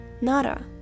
Nara